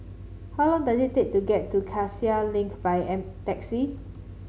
how long does it take to get to Cassia Link by taxi